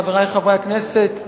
חברי חברי הכנסת,